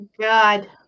God